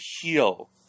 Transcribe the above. heal